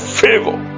favor